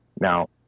Now